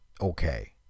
okay